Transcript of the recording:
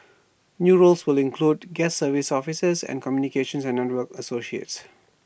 new roles will include guest services officers and communication and network associates